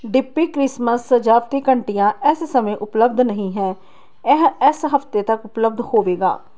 D P Christmas ਸਜਾਵਟੀ ਘੰਟੀਆਂ ਇਸ ਸਮੇਂ ਉਪਲੱਬਧ ਨਹੀਂ ਹੈ ਇਹ ਇਸ ਹਫ਼ਤੇ ਤੱਕ ਉਪਲੱਬਧ ਹੋਵੇਗਾ